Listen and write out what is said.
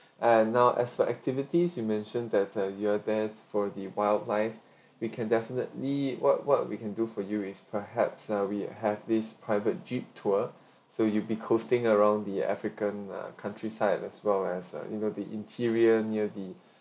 and now as for activities you mentioned that the you are there for the wildlife we can definitely what what we can do for you is perhaps uh we have this private jeep tour so you'll be coursing around the african uh countryside as well as uh you know the interior near the